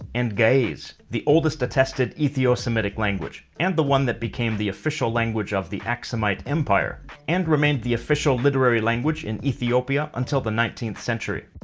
and ge'ez, the oldest attested ethio-semitic language, and the one that became the official language of the aksumite empire and remained the official literary language in ethiopia until the nineteenth century.